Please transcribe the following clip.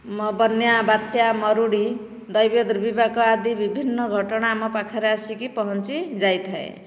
ବନ୍ୟା ବାତ୍ୟା ମରୁଡ଼ି ଦୈବିକ ଦୁର୍ବିପାକ ଆଦି ବିଭିନ୍ନ ଘଟଣା ଆମ ପାଖରେ ଆସିକି ପହଞ୍ଚି ଯାଇଥାଏ